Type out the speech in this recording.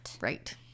Right